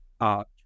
Art